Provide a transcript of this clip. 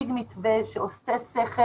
ולהציג מתווה שעושה שכל